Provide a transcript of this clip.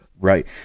Right